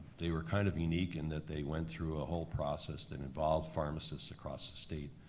they were kind of unique in that they went through a whole process that involved pharmacists across the state